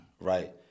right